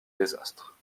désastre